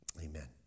Amen